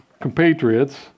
compatriots